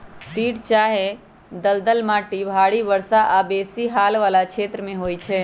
पीट चाहे दलदल माटि भारी वर्षा आऽ बेशी हाल वला क्षेत्रों में होइ छै